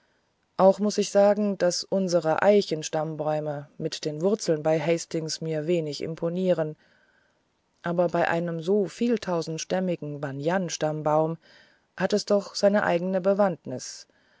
auch muß ich sagen daß unsere eichen stammbäume mit den wurzeln bei hastings mir wenig imponieren aber bei so einem vieltausendstämmigen banyan stammbaum hat es doch seine eigene bewandtnis